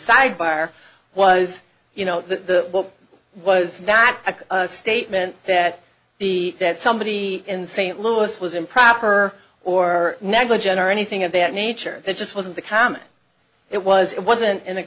sidebar was you know the book was not a statement that the that somebody in st louis was improper or negligent or anything of that nature it just wasn't the common it was it wasn't in